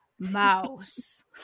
Mouse